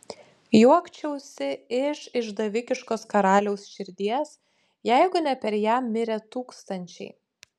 juokčiausi iš išdavikiškos karaliaus širdies jeigu ne per ją mirę tūkstančiai